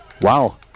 Wow